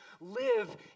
live